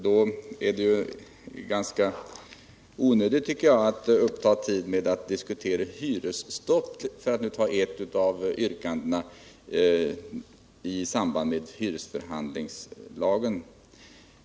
Då är det ganska onödigt att uppta tid med att diskutera hyresstopp, för att ta ett av yrkandena i samband med hyresförhandlingslagen.